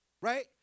Right